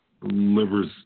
livers